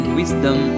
wisdom